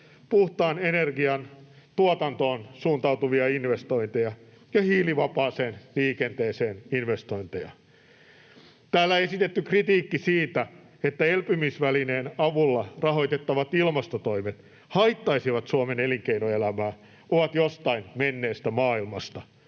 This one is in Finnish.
puhtaan energian tuotantoon suuntautuvia investointeja ja investointeja hiilivapaaseen liikenteeseen. Täällä esitetty kritiikki siitä, että elpymisvälineen avulla rahoitettavat ilmastotoimet haittaisivat Suomen elinkeinoelämää, ovat jostain menneestä maailmasta.